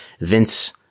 Vince